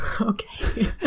Okay